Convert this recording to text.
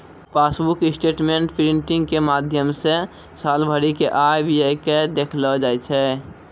passbook statement printing के माध्यमो से साल भरि के आय व्यय के देखलो जाय छै